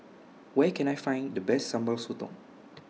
Where Can I Find The Best Sambal Sotong